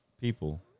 people